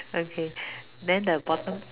okay then the bottom